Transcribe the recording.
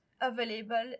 available